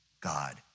God